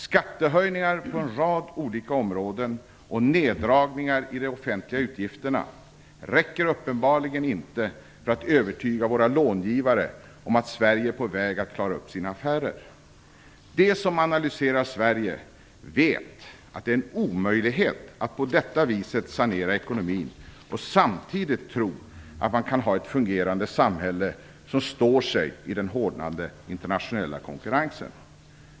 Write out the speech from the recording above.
Skattehöjningar på en rad olika områden och neddragningar i de offentliga utgifterna räcker uppenbarligen inte för att övertyga våra långivare om att Sverige är på väg att klara upp sina affärer. De som analyserar Sverige vet att det är en omöjlighet att på detta viset sanera ekonomin och samtidigt tro att man kan ha ett fungerande samhälle som står sig i den hårdnande internationella konkurrensen.